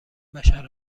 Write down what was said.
بشر